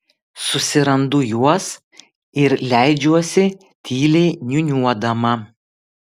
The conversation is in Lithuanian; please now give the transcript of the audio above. susirandu juos ir leidžiuosi tyliai niūniuodama